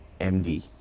MD